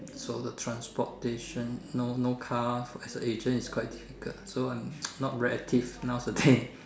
so the transportation no no car as a agent is quite difficult so I'm not very active nowadays